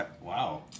Wow